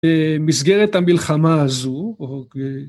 במסגרת המלחמה הזו